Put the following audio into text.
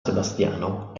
sebastiano